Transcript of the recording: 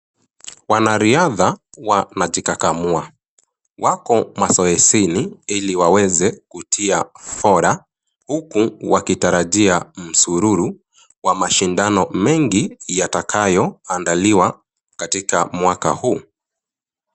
Wanariadha wanajikakamua. Wako mazoezini ili waweze kutia fora, huku wakitarajia msururu wa mashindano mengi yatakayo andaliwa katika mwaka huu.